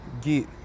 get